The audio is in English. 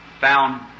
found